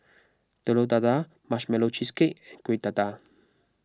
Telur Dadah Marshmallow Cheesecake and Kueh Dadar